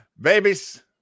babies